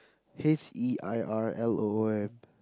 H E I R L O O M